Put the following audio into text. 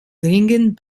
dringend